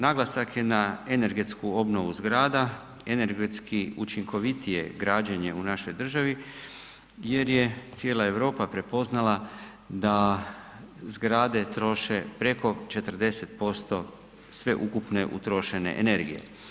Naglasak je na energetsku obnovu zgrada, energetski učinkovitije građenje u našoj državi jer je cijela Europa prepoznala da zgrade troše preko 40% sveukupne utrošene energije.